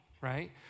right